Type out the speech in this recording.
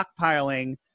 stockpiling